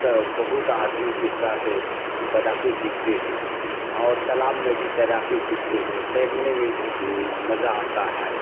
بہت آدمی کے ساتھ تیراکی سیکھتے ہیں اور تالاب میں بھی تیراکی سیکھتے ہیں تیرنے میں بہت مزہ آتا ہے